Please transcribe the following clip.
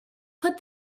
put